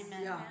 Amen